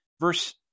Verse